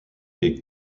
est